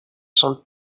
sont